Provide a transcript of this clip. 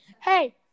hey